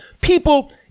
people